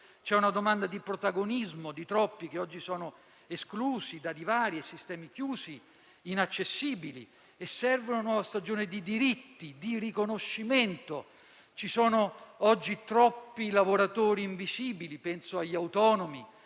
C'è una domanda di protagonismo di troppi che oggi sono esclusi da divari e sistemi chiusi e inaccessibili. Serve una nuova stagione di diritti e di riconoscimento. Ci sono oggi troppi lavoratori invisibili; penso agli autonomi